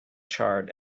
charred